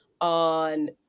on